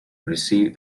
receive